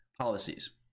policies